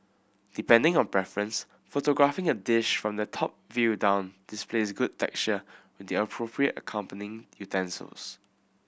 depending on preference photographing a dish from the top view down displays good texture with the appropriate accompanying utensils